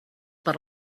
per